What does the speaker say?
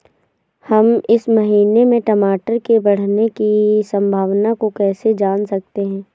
हम इस महीने में टमाटर के बढ़ने की संभावना को कैसे जान सकते हैं?